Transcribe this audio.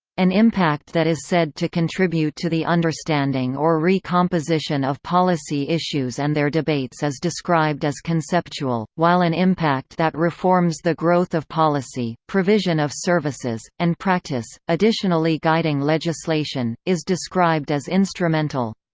an impact that is said to contribute to the understanding or re-composition of policy issues and their debates is described as conceptual, while an impact that reforms the growth of policy, provision of services, and practice, additionally guiding legislation, is described as instrumental.